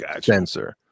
sensor